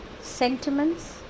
sentiments